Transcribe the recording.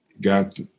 got